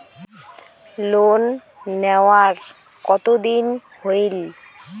Loan নেওয়ার কতদিন হইল?